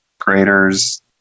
graders